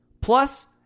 Plus